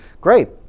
Great